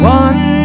one